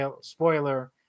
spoiler